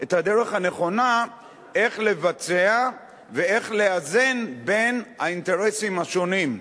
את הדרך הנכונה איך לבצע ואיך לאזן בין האינטרסים השונים,